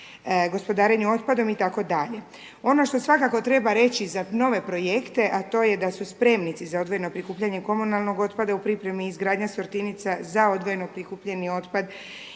gospodarenju otpadom itd. Ono što svakako treba reći za nove projekte, a to je da su spremnici za odvojeno prikupljanje komunalnog otpada u pripremi, izgradnja sortirnica za odvojeno prikupljeni otpad